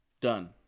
Done